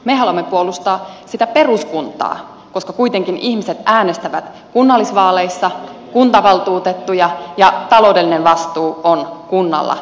me haluamme puolustaa sitä peruskuntaa koska kuitenkin ihmiset äänestävät kunnallisvaaleissa kuntavaltuutettuja ja taloudellinen vastuu on kunnalla peruskunnalla